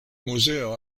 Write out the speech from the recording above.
muzeo